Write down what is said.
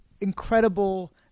incredible